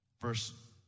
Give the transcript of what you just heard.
Verse